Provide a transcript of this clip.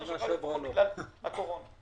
בקצרה.